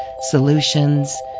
solutions